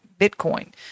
Bitcoin